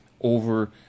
over